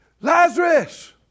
Lazarus